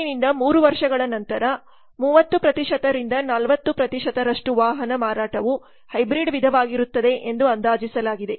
ಇಂದಿನಿಂದ 3 ವರ್ಷಗಳ ನಂತರ 30 ರಿಂದ 40 ರಷ್ಟು ವಾಹನ ಮಾರಾಟವು ಹೈಬ್ರಿಡ್ ವಿಧವಾಗಿರುತ್ತದೆ ಎಂದು ಅಂದಾಜಿಸಲಾಗಿದೆ